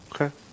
Okay